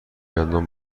گندم